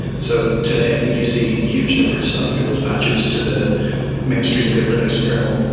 so today, i think you see huge numbers of google patches to the mainstreamed linux kernel.